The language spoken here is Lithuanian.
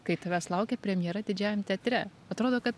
kai tavęs laukia premjera didžiajam teatre atrodo kad